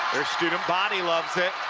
their student body loves it.